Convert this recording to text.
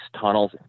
tunnels